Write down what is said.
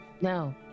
No